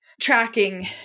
tracking